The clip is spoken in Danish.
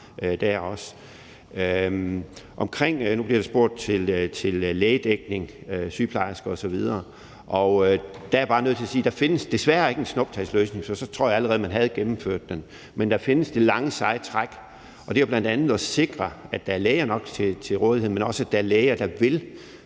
indefra dér. Nu bliver der spurgt til lægedækning og behovet for sygeplejersker osv., og der er jeg bare nødt til at sige, at der desværre ikke findes en snuptagsløsning, for så tror jeg allerede, man havde gennemført den. Men der findes det lange seje træk, og det er jo bl.a. at sikre, at der er læger nok til rådighed, men også at der er læger, der vil